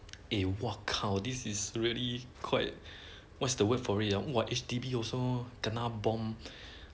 eh !walao! this is really quite what's the word for it on what H_D_B also kena bomb